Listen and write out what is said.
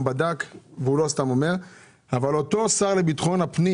והוא לא סתם אומר דברים אבל אותו שר לביטחון הפנים